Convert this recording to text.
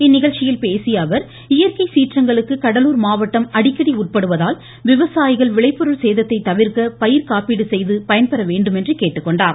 இந்நிகழ்ச்சியில் பேசிய அவர் இயற்கை சீற்றங்களுக்கு கடலூர் மாவட்ட அடிக்கடி உட்படுவதால் விவசாயிகள் விளைபொருள் சேதத்தை தவிர்க்க பயிர்க்காப்பீடு செய்து பயன்பெற வேண்டும் என்று கேட்டுக்கொண்டார்